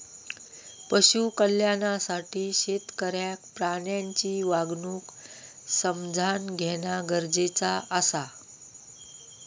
पशु कल्याणासाठी शेतकऱ्याक प्राण्यांची वागणूक समझान घेणा गरजेचा आसा